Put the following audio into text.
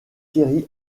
thierry